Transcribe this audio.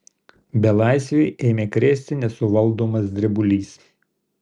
belaisvį ėmė krėsti nesuvaldomas drebulys